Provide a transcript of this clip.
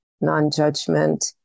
non-judgment